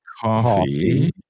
coffee